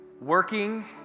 Working